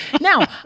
Now